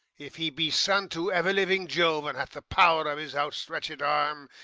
if he be son to everliving jove, and hath the power of his outstretched arm,